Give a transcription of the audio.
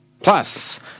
Plus